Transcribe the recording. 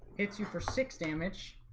it's u four six damage